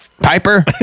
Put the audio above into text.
Piper